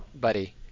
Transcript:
buddy